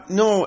no